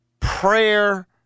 prayer